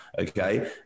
okay